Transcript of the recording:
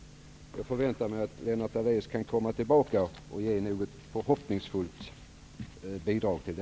Jag förväntar mig att Lennart Daléus återkommer med ett förhoppningsfullt besked.